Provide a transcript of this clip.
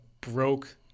broke